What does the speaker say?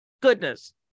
Goodness